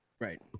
right